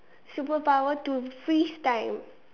superpower to freeze time